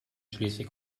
schleswig